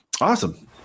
Awesome